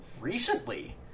Recently